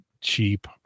cheap